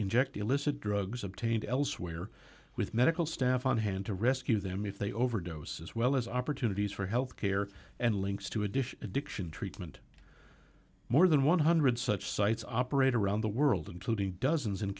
inject illicit drugs obtained elsewhere with medical staff on hand to rescue them if they overdose as well as opportunities for health care and links to a dish addiction treatment more than one hundred such sites operate around the world including dozens